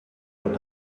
von